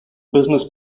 business